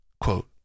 quote